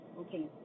Okay